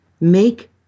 Make